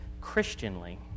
Christianly